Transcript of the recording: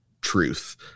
truth